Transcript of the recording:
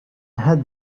had